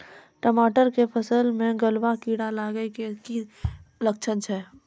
टमाटर के फसल मे गलुआ कीड़ा लगे के की लक्छण छै